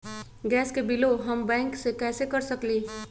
Gas के बिलों हम बैंक से कैसे कर सकली?